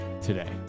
today